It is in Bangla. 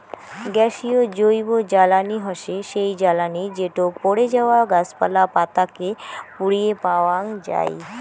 গ্যাসীয় জৈবজ্বালানী হসে সেই জ্বালানি যেটো পড়ে যাওয়া গাছপালা, পাতা কে পুড়িয়ে পাওয়াঙ যাই